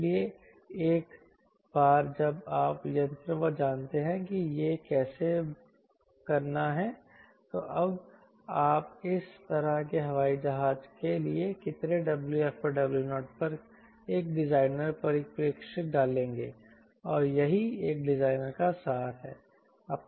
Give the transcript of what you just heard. इसलिए एक बार जब आप यंत्रवत् जानते हैं कि यह कैसे करना है तो अब आप इस तरह के हवाई जहाज के लिए कितने WfW0 पर एक डिजाइनर परिप्रेक्ष्य डालेंगे और यही एक डिजाइनर का सार है